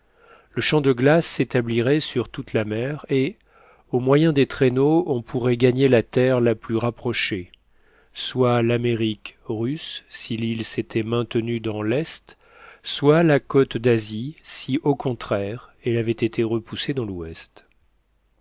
le champ de glace s'établirait sur toute la mer et au moyen des traîneaux on pourrait gagner la terre la plus rapprochée soit l'amérique russe si l'île s'était maintenue dans l'est soit la côte d'asie si au contraire elle avait été repoussée dans l'ouest